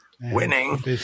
Winning